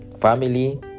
family